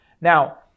Now